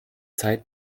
zeit